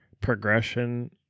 progression